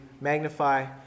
magnify